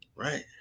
Right